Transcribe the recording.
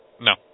No